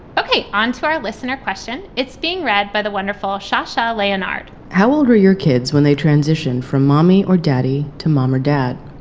ok, onto our listener question. it's being read by the wonderful shachar leonhard how old are your kids when they transition from mommy or daddy to mom or dad?